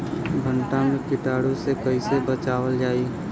भनटा मे कीटाणु से कईसे बचावल जाई?